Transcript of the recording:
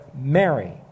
Mary